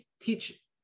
teach